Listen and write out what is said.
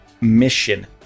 mission